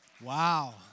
Wow